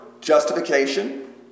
justification